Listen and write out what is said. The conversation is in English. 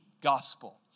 gospel